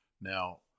Now